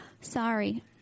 Sorry